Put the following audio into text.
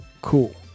cool